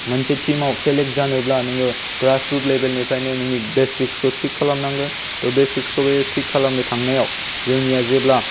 मोनसे टीमआव सेलेक्ट जानोब्ला नोङो ग्रासरुट लेबेलनिफ्रायनो नोंनि बेसिक्सखौ थिक खालामनांगोन त' बेसिक्सखौ बे थिक खालामनो थांनायाव जोंनिया जेब्ला